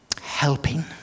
Helping